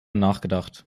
nachgedacht